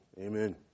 amen